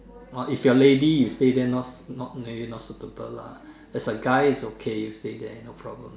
orh if you're lady you stay there not not maybe not suitable lah as a guy is okay you stay there no problem